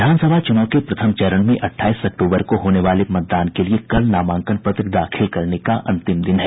विधानसभा चुनाव के प्रथम चरण में अठाईस अक्टूबर को होने वाले मतदान के लिये कल नामांकन पत्र दाखिल करने का अंतिम दिन है